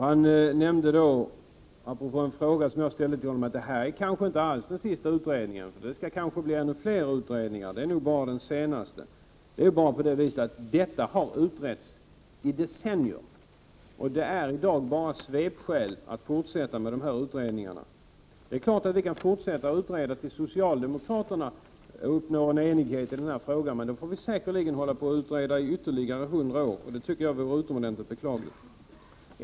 Han nämnde apropå en fråga som jag ställde att detta kanske inte alls är den sista utredningen. Det skall kanske bli ännu fler utredningar, och detta är nog bara den senaste. Denna fråga har emellertid utretts i decennier. Det är i dag bara svepskäl att fortsätta med dessa utredningar. Det är klart att vi kan fortsätta att utreda tills socialdemokraterna uppnår en enighet i frågan. Då får vi emellertid säkerligen hålla på och utreda i ytterligare hundra år. Det tycker jag skulle vara utomordentligt beklagligt.